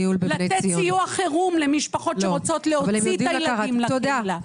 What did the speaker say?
לתת סיוע חירום למשפחות שרוצות להוציא את הילדים לקהילה.